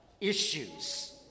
issues